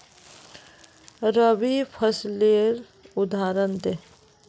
रवि फसलेर उदहारण दे?